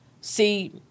see